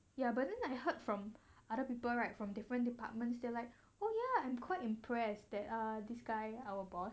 ya but then I heard from other people right from different departments there like oh ya I'm quite impressed that err this guy our boss